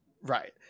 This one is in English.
Right